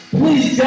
please